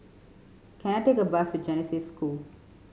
can I take a bus to Genesis School